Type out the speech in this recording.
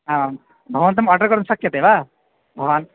आम् भवान् आर्डर् कर्तुं शक्यते वा भवान्